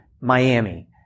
Miami